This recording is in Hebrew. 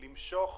למשוך